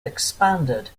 expanded